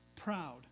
proud